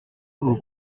aux